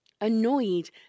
Annoyed